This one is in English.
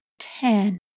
Ten